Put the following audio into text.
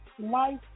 life